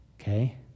okay